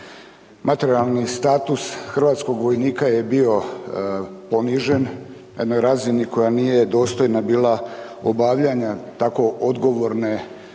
Materijalni status hrvatskog vojnika je bio ponižen na jednoj razini koja nije dostojna bila obavljanja tako odgovorne,